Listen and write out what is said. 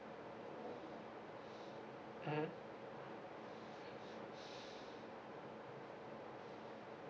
mm